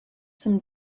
some